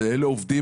ואלה עובדים,